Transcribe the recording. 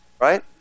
right